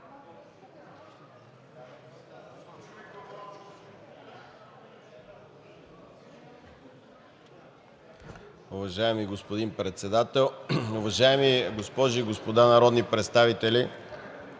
Уважаеми господин Председател, уважаеми госпожи и господа народни представители!